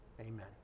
Amen